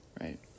right